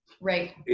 Right